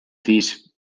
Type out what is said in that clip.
these